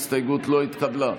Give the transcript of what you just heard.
הסתייגות 372 לא נתקבלה.